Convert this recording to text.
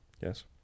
yes